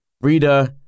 Reader